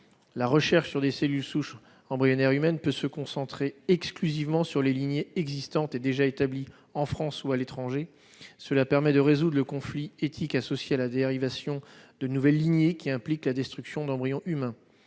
La recherche sur des cellules souches embryonnaires humaines peut se concentrer exclusivement sur les lignées existantes et déjà établies en France ou à l'étranger. Cela permet de résoudre le conflit éthique associé à la dérivation de nouvelles lignées, qui implique la destruction d'embryons humains.